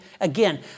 Again